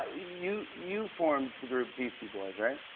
you you formed the group beastie boys, right?